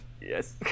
Yes